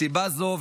מסיבה זו,